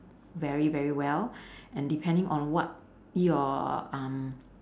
very very well and depending on what your um